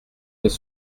des